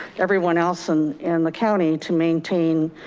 everyone else and in the county to maintain